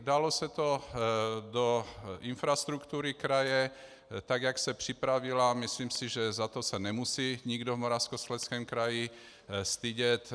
Dalo se to do infrastruktury kraje, tak jak se připravila, myslím si, že za to se nemusí nikdo v Moravskoslezském kraji stydět.